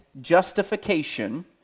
justification